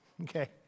Okay